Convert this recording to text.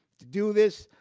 to do this,